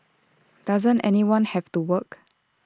doesn't anyone have to work